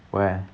where